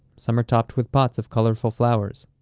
some are topped with pots of colorful flowers.